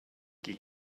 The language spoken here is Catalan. qui